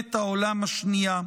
מלחמת העולם השנייה,